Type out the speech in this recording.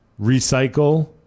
recycle